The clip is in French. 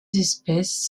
espèces